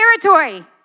territory